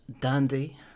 dandy